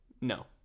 no